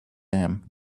him